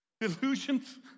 delusions